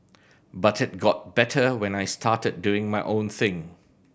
but it got better when I started doing my own thing